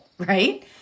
right